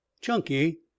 chunky